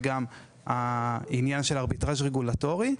וגם בגלל העניין של ארביטראז' רגולטורי.